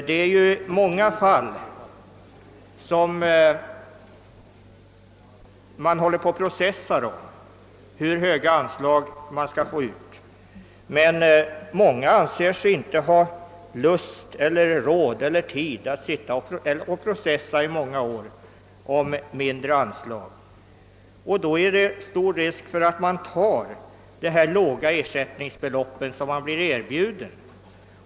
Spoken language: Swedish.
I flera fall pågår nu processer om hur höga ersättningar som skall utgå. Många människor har emellertid inte lust, råd eller tid att processa i många år om ett mindre ersättningsbelopp, och då föreligger risk för att vederbörande hellre tar den låga ersättning han blir erbjuden.